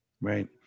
Right